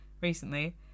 recently